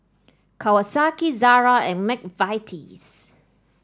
Kawasaki Zara and McVitie's